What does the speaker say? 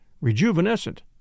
rejuvenescent